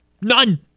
None